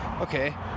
Okay